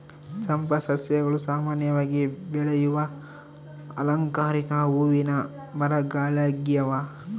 ಚಂಪಾ ಸಸ್ಯಗಳು ಸಾಮಾನ್ಯವಾಗಿ ಬೆಳೆಯುವ ಅಲಂಕಾರಿಕ ಹೂವಿನ ಮರಗಳಾಗ್ಯವ